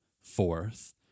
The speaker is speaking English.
fourth